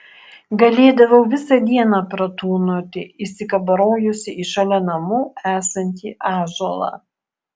galėdavau visą dieną pratūnoti įsikabarojusi į šalia namų esantį ąžuolą